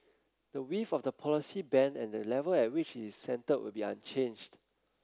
the width of the policy band and the level at which it is centred will be unchanged